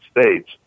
States